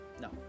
No